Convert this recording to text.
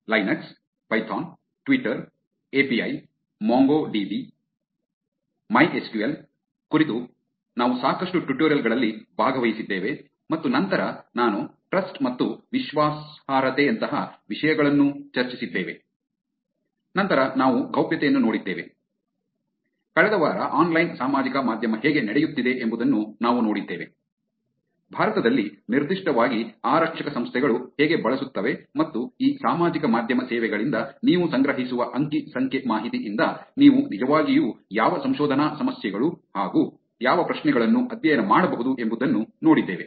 Linux Python Twitter API Mongo DB MySQL Linux Python Twitter API Mongo DB MySQL ಕುರಿತು ನಾವು ಸಾಕಷ್ಟು tutorial ಗಳಲ್ಲಿ ಭಾಗವಹಿಸಿದ್ದೇವೆ ಮತ್ತು ನಂತರ ನಾನು ಟ್ರಸ್ಟ್ ಮತ್ತು ವಿಶ್ವಾಸಾರ್ಹತೆಯಂತಹ ವಿಷಯಗಳನ್ನೂ ಚರ್ಚಿಸಿದ್ದೇವೆ ನಂತರ ನಾವು ಗೌಪ್ಯತೆಯನ್ನು ನೋಡಿದ್ದೇವೆ ಕಳೆದ ವಾರ ಆನ್ಲೈನ್ ಸಾಮಾಜಿಕ ಮಾಧ್ಯಮ ಹೇಗೆ ನಡೆಯುತ್ತಿದೆ ಎಂಬುದನ್ನು ನಾವು ನೋಡಿದ್ದೇವೆ ಭಾರತದಲ್ಲಿ ನಿರ್ದಿಷ್ಟವಾಗಿ ಆರಕ್ಷಕ ಸಂಸ್ಥೆಗಳು ಹೇಗೆ ಬಳಸುತ್ತವೆ ಮತ್ತು ಈ ಸಾಮಾಜಿಕ ಮಾಧ್ಯಮ ಸೇವೆಗಳಿಂದ ನೀವು ಸಂಗ್ರಹಿಸುವ ಅಂಕಿ ಸಂಖ್ಯೆ ಮಾಹಿತಿ ಇಂದ ನೀವು ನಿಜವಾಗಿಯೂ ಯಾವ ಸಂಶೋಧನಾ ಸಮಸ್ಯೆಗಳು ಹಾಗು ಯಾವ ಪ್ರಶ್ನೆಗಳನ್ನು ಅಧ್ಯಯನ ಮಾಡಬಹುದು ಎಂಬುದನ್ನು ನೋಡಿದ್ದೇವೆ